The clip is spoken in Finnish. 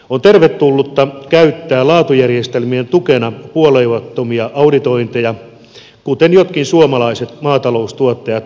on tervetullutta käyttää laatujärjestelmien tukena puolueettomia auditointeja kuten jotkut suomalaiset maataloustuottajat ovat tehneet